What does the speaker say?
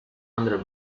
under